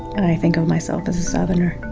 and i think of myself as a southerner.